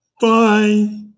Bye